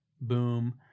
boom